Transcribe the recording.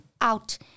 out